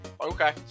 okay